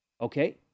Okay